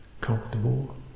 comfortable